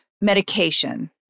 medication